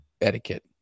etiquette